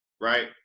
right